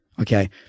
okay